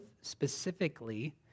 specifically